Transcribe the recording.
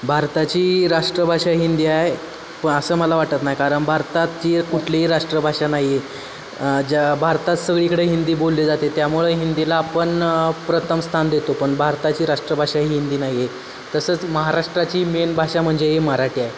भारताची राष्ट्रभाषा हिंदी आहे प असं मला वाटत नाही कारण भारताची कुठलीही राष्ट्रभाषा नाही आहे ज्या भारतात सगळीकडे हिंदी बोलली जाते त्यामुळे हिंदीला आपण प्रथम स्थान देतो पण भारताची राष्ट्रभाषा ही हिंदी नाही आहे तसंच महाराष्ट्राची मेन भाषा म्हणजे ही मराठी आहे